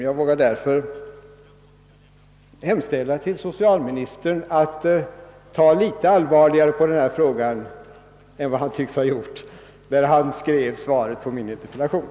Jag vågar därför hemställa att socialministern tar något allvarligare på denna fråga än vad han tycks ha gjort när han skrev svaret på min interpellation.